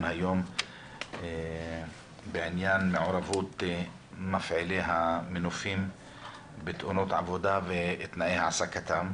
היום בעניין מעורבות מפעילי המנופים בתאונות עבודה ותנאי העסקתם.